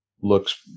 looks